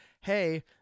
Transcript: Hey